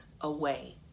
away